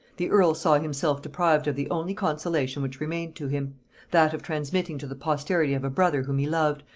the earl saw himself deprived of the only consolation which remained to him that of transmitting to the posterity of a brother whom he loved,